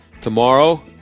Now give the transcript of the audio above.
tomorrow